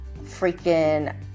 freaking